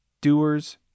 doers